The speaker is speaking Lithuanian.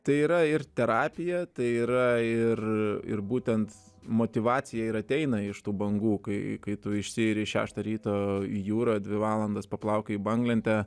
tai yra ir terapija tai yra ir ir būtent motyvacija ir ateina iš tų bangų kai kai tu išsiiri šeštą ryto į jūrą dvi valandas paplaukioji banglente